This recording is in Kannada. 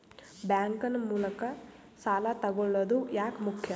ಬ್ಯಾಂಕ್ ನ ಮೂಲಕ ಸಾಲ ತಗೊಳ್ಳೋದು ಯಾಕ ಮುಖ್ಯ?